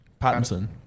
Pattinson